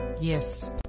Yes